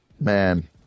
man